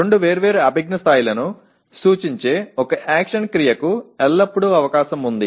இரண்டு வெவ்வேறு அறிவாற்றல் நிலைகளைக் குறிக்கும் ஒரு செயல் வினைக்கு எப்போதும் ஒரு வாய்ப்பு உள்ளது